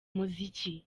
muziki